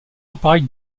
appareil